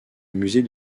musée